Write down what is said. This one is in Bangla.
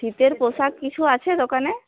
শীতের পোশাক কিছু আছে দোকানে